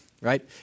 right